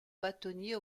bâtonnier